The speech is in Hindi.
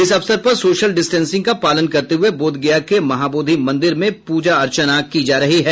इस अवसर पर सोशल डिस्टेसिंग का पालन करते हुए बोध गया के महाबोधि मंदिर में पूजा अर्चना की जा रही है